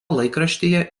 laikraštyje